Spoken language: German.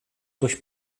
durch